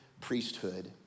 priesthood